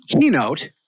keynote